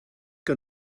que